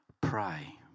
pray